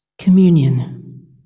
Communion